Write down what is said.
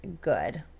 good